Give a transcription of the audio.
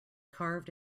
carved